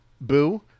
Boo